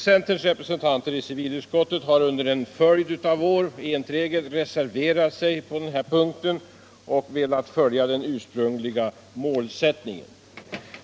Centerns representanter i civilutskottet har under en följd av år träget reserverat sig på denna punkt och velat följa den ursprungliga målsättningen.